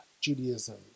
Judaism